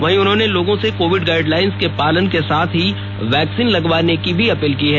वहीं उन्होंने लोगों से कोविड गाइडलाइंस के पालन के साथ ही वैक्सीन लगवाने की भी अपील की है